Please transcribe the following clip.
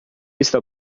está